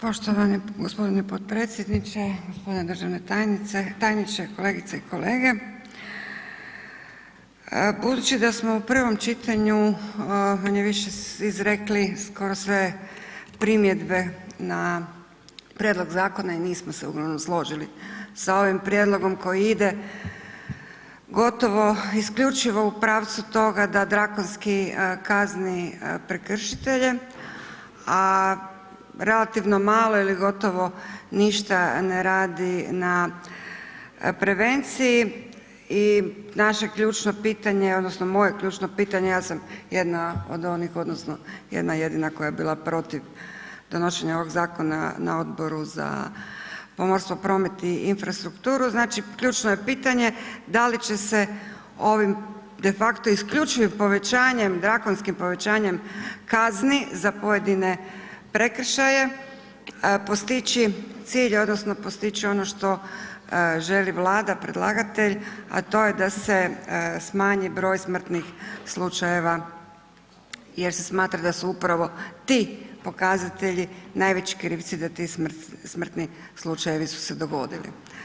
Poštovani g. potpredsjedniče, g. državni tajniče, kolegice i kolege, budući da smo u prvom čitanju ondje više izrekli skoro sve primjedbe na prijedlog zakona i nismo se uglavnom složili sa ovim prijedlogom koji ide gotovo isključivo u pravcu toga da drakonski kazni prekršitelje, a relativno malo ili gotovo ništa ne radi na prevenciji i naše ključno pitanje odnosno moje ključno pitanje, ja sam jedna od onih odnosno jedna jedina koja je bila protiv donošenja ovog zakona na Odboru za pomorstvo, promet i infrastrukturu, znači ključno je pitanje da li će se ovim defakto isključivim povećanjem, drakonskim povećanjem kazni za pojedine prekršaje postići cilj odnosno postići ono što želi Vlada predlagatelj, a to je da se smanji broj smrtnih slučajeva jer se smatra da su upravo ti pokazatelji najveći krivci da ti smrtni slučajevi su se dogodili.